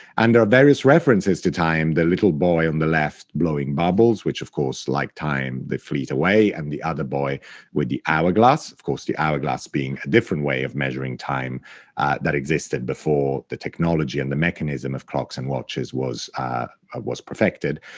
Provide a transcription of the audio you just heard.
and there are various references to time the little boy on the left blowing bubbles, which, of course, like time, they fleet away, and the other boy with the hourglass. of course, the hourglass being a different way of measuring time that existed before the technology and the mechanism of clocks and watches was ah was perfected.